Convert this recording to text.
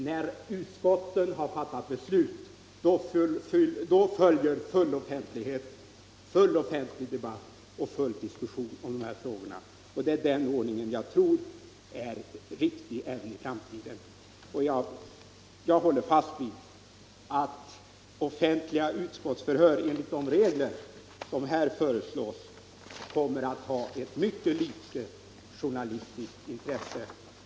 När utskotten har fattat beslut följer full offentlighet och full offentlig debatt i de olika frågorna. Den ordningen tror jag är riktig även i framtiden. Jag håller fast vid att offentliga utskottsförhör enligt de regler som här föreslås kommer att ha ett mycket litet journalistiskt intresse.